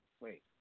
wait